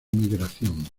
migración